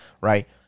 right